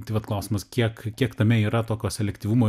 tai vat klausimas kiek kiek tame yra tokio selektyvumo